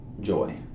joy